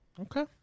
Okay